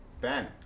Ben